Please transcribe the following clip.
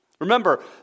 Remember